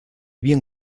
bien